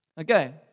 Okay